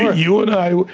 you and i,